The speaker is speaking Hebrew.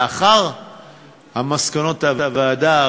לאחר מסקנות הוועדה,